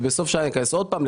ואז בסוף השנה להיכנס עוד פעם,